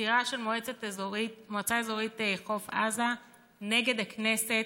בעתירה של מועצה אזורית חוף עזה נגד הכנסת,